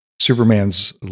superman's